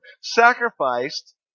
sacrificed